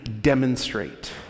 demonstrate